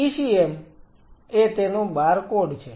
ECM એ તેમનો barcode છે